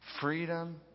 Freedom